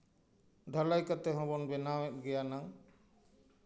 ᱰᱷᱟᱞᱟᱭ ᱠᱟᱛᱮ ᱦᱚᱸᱵᱚᱱ ᱵᱮᱱᱟᱣᱮᱜ ᱜᱮᱭᱟ ᱱᱟᱝ